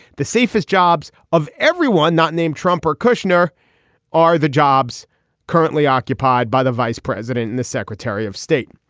the safest jobs of everyone not named trump or kushner are the jobs currently occupied by the vice president and the secretary of state.